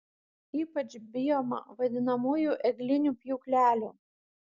ypač bijoma vadinamųjų eglinių pjūklelių